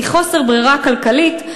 מחוסר ברירה כלכלית,